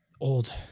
Old